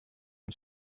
une